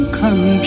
come